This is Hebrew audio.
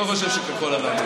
אני לא חושב שכחול לבן,